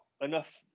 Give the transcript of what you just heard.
enough